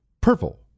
Purple